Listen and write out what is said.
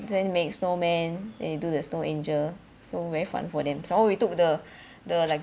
then make snowman they do the snow angel so very fun for them some more we took the the like